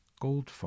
goldfarb